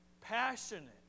passionate